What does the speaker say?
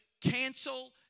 cancel